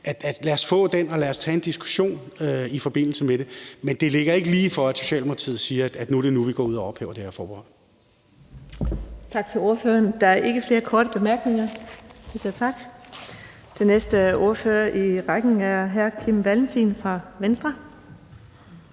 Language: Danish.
lad os få det, og lad os tage en diskussion i forbindelse med det. Men det ligger ikke lige for, at Socialdemokratiet siger, at nu er det nu, vi går ud og ophæver forbeholdet.